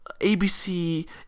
ABC